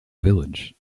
village